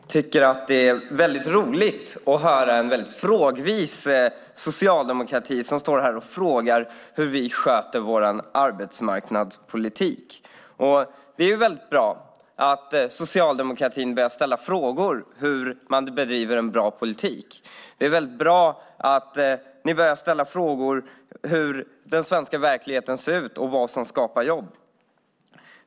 Herr talman! Jag tycker att det är väldigt roligt att höra en väldigt frågvis socialdemokrati stå här och fråga hur vi sköter vår arbetsmarknadspolitik. Det är väldigt bra att Socialdemokraterna börjar ställa frågor om hur man bedriver en bra politik. Det är väldigt bra att ni börjar ställa frågor om hur den svenska verkligheten ser ut och vad som skapar jobb.